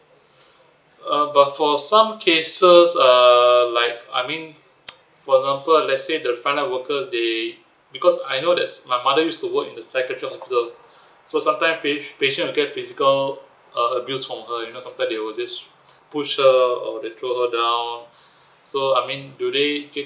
uh but for some cases err like I mean for example let's say the frontline workers they because I know that's my mother used to work in the hospital so sometimes pa~ patient get physical uh abuse from her you know sometimes they will just push her or they throw her down so I mean do they get